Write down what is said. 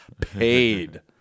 paid